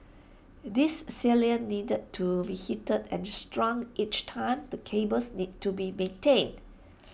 this sealant needed to be heated and strong each time the cables need to be maintained